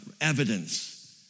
evidence